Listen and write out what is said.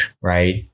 right